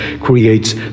creates